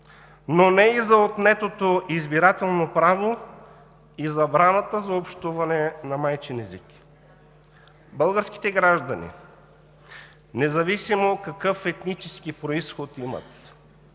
но не и за отнетото избирателно право и забраната за общуване на майчин език. Българските граждани, независимо какъв етнически произход имат,